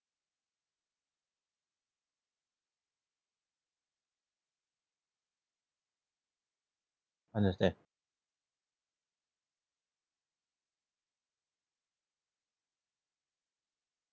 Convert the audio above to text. understand